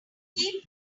trying